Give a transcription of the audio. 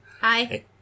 Hi